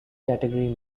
category